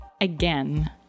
Again